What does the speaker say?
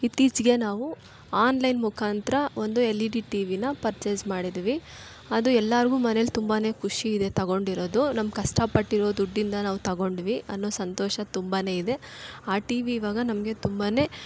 ಇತ್ತೀಚೆಗೆ ನಾವು ಆನ್ಲೈನ್ ಮುಖಾಂತರ ಒಂದು ಎಲ್ ಇ ಡಿ ಟಿ ವಿನ ಪರ್ಚೇಸ್ ಮಾಡಿದ್ವಿ ಅದು ಎಲ್ಲರ್ಗು ಮನೇಲಿ ತುಂಬಾ ಖುಷಿ ಇದೆ ತಗೊಂಡಿರೋದು ನಮ್ಮ ಕಷ್ಟಪಟ್ಟಿರೋ ದುಡ್ಡಿಂದ ನಾವು ತಗೊಂಡ್ವಿ ಅನ್ನೋ ಸಂತೋಷ ತುಂಬಾ ಇದೆ ಆ ಟಿ ವಿ ಇವಾಗ ನಮಗೆ ತುಂಬಾ